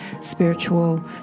spiritual